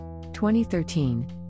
2013